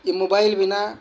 ଏ mobile ବିନା